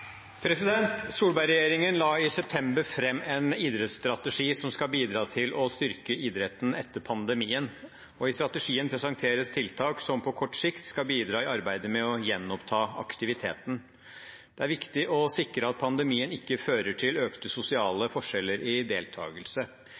å styrke idretten etter pandemien. I strategien presenteres tiltak som på kort sikt skal bidra i arbeidet med å gjenoppta aktiviteten. Det er viktig å sikre at pandemien ikke fører til økte sosiale